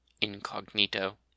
incognito